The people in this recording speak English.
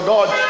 God